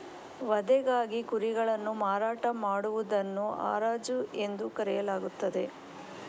ವಧೆಗಾಗಿ ಕುರಿಗಳನ್ನು ಮಾರಾಟ ಮಾಡುವುದನ್ನು ಹರಾಜು ಎಂದು ಕರೆಯಲಾಗುತ್ತದೆ